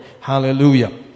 Hallelujah